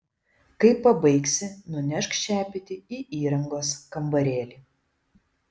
kai pabaigsi nunešk šepetį į įrangos kambarėlį